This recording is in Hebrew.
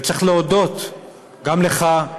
וצריך להודות גם לך,